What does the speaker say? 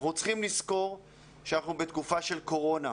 אנחנו צריכים לזכור שאנחנו בתקופה של קורונה.